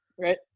right